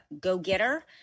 go-getter